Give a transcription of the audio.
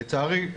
לצערי,